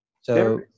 So-